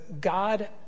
God